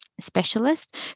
specialist